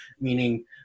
meaning